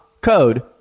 code